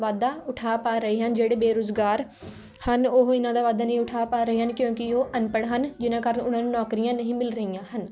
ਵਾਧਾ ਉਠਾ ਪਾ ਰਹੇ ਹਨ ਜਿਹੜੇ ਬੇਰੁਜ਼ਗਾਰ ਹਨ ਓਹ ਇਹਨਾਂ ਦਾ ਵਾਧਾ ਨਹੀਂ ਉਠਾ ਪਾ ਰਹੇ ਹਨ ਕਿਉਂਕਿ ਓਹ ਅਨਪੜ੍ਹ ਹਨ ਜਿਹਨਾਂ ਕਾਰਨ ਓਹਨਾਂ ਨੂੰ ਨੌਕਰੀਆਂ ਨਹੀਂ ਮਿਲ ਰਹੀਆਂ ਹਨ